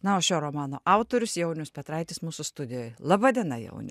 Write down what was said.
na o šio romano autorius jaunius petraitis mūsų studijoj laba diena jauniau